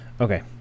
Okay